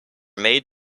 made